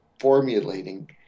formulating